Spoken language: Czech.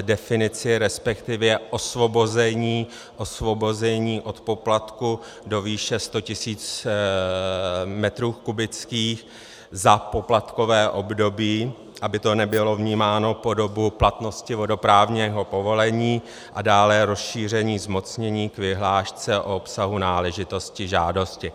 definici, resp. osvobození od poplatku do výše 100 tisíc metrů kubických za poplatkové období, aby to nebylo vnímáno po dobu platnosti vodoprávního povolení, a dále rozšíření zmocnění k vyhlášce o obsahu náležitostí žádosti.